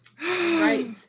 Right